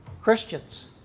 Christians